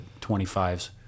25s